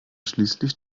schließlich